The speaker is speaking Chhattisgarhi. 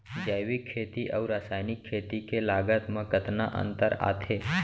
जैविक खेती अऊ रसायनिक खेती के लागत मा कतना अंतर आथे?